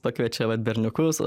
pakviečia vat berniukus